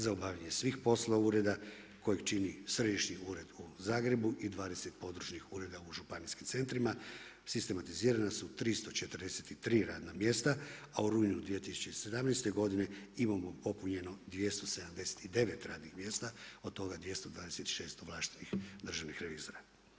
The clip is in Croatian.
Za obavljanje svih poslova ureda koje čini središnji ured u Zagrebu i 20 područnih ureda u županijskim centrima, sistematizirana su 343 radna mjesta, a u rujnu 2017. godine imamo popunjeno 279 radnih mjesta, od toga 226 ovlaštenih državnih revizora.